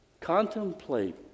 Contemplate